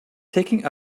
taking